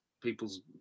people's